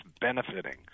benefiting